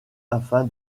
afin